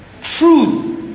truth